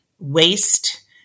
Waste